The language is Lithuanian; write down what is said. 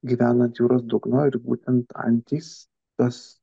gyvena ant jūros dugno ir būtent antys tas